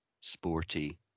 sporty